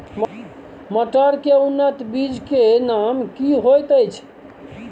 मटर के उन्नत बीज के नाम की होयत ऐछ?